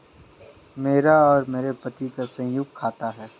मेरा और मेरे पति का संयुक्त खाता है